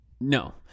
No